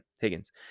Higgins